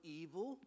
evil